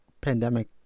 pandemic